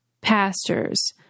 pastors